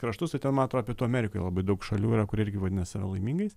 kraštus tai ten ma atrodo pietų amerikoj labai daug šalių yra kurie irgi vadina save laimingais